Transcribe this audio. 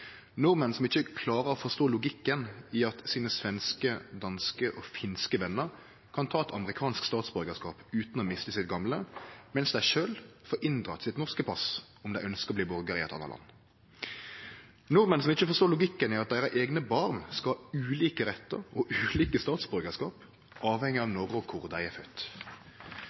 nordmenn som ikkje klarer å forstå logikken i at deira svenske, danske og finske venner kan ta eit amerikansk statsborgarskap utan å miste sitt gamle, medan dei sjølve får inndrege det norske passet om dei ønskjer å bli borgarar i eit anna land, nordmenn som ikkje forstår logikken i at deira eigne barn skal ha ulike rettar og ulike statsborgarskap, avhengig av når og kvar dei er